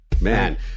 man